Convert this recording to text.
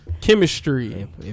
chemistry